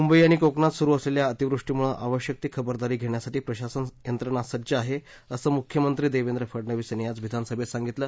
मुंबई आणि कोकणात सुरु असलेल्या अतिवृष्टीमुळे आवश्यक ती खबरदारी घेण्यासाठी प्रशासन यंत्रणा सज्ज आहे असं मुख्यमंत्री देवेंद्र फडनवीस यांनी आज विधानसभेत सांगितलं